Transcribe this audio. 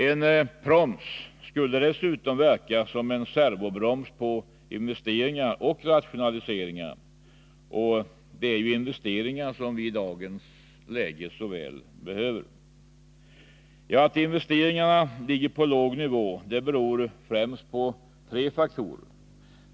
En proms skulle dessutom verka som en servobroms på investeringar och rationaliseringar, och det är investeringar som vi i dagens läge så väl behöver. Att investeringarna ligger på låg nivå beror främst på tre faktorer.